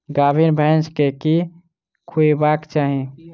गाभीन भैंस केँ की खुएबाक चाहि?